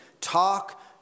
Talk